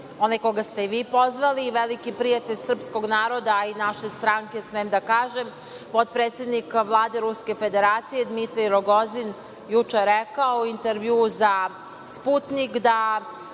onaj koga ste i vi pozvali i veliki prijatelj Srpskog naroda, a i vaše stranke smem da kažem, potpredsednika Vlade Ruske Federacije Dmitri Rogozin juče rekao u intervjuu za „Sputnjik“ da